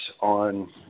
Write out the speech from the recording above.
on